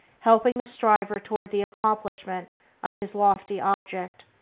helping the striver toward the accomplishment of his lofty object.